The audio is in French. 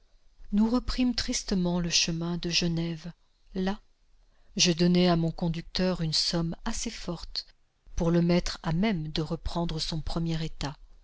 nous reprîmes tristement le chemin de genève là je donnai à mon conducteur une somme assez forte pour le mettre à même de reprendre son premier état